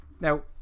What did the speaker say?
Now